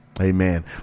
Amen